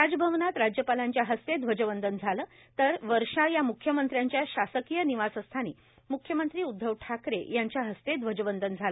राजभवनात राज्यपालांच्या हस्ते ध्वजवंदन झालं तर वर्षा या म्ख्यमंत्र्यांच्या शासकीय निवासस्थानी म्ख्यमंत्री उद्धव ठाकरे यांच्या हस्ते ध्वजवंदन झालं